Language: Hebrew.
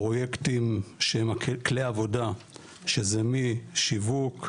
פרויקטים, שהם כלי העבודה שזה משיווק,